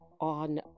on